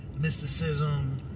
mysticism